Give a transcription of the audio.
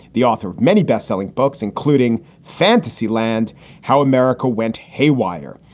the author of many best selling books, including fantasy land how america went haywire.